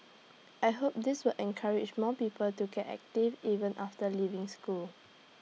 I hope this will encourage more people to get active even after leaving school